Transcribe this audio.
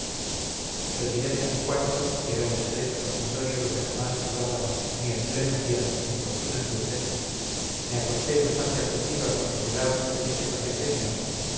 retiréme a mi cuarto que era un estrecho dormitorio donde jamás entraban ni en pleno día importunas luces me acosté bastante afligido al considerar la triste pasión de mi ama